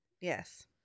Yes